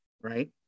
Right